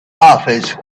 office